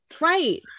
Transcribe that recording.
Right